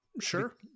sure